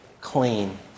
clean